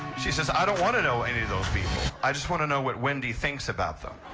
she says, i don't wanna know any of those people. i just wanna know what wendy thinks about them.